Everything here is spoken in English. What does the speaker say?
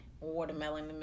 watermelon